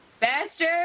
Bastard